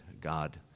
God